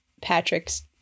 Patrick's